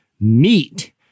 meat